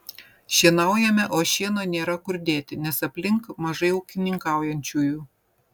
šienaujame o šieno nėra kur dėti nes aplink mažai ūkininkaujančiųjų